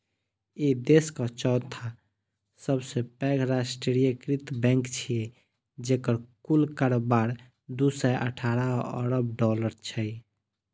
ई देशक चौथा सबसं पैघ राष्ट्रीयकृत बैंक छियै, जेकर कुल कारोबार दू सय अठारह अरब डॉलर छै